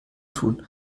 tun